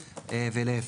ולהיפך.